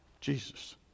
Jesus